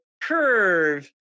curve